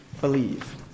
believe